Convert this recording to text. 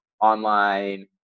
online